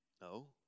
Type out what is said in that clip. No